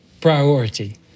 priority